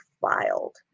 filed